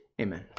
amen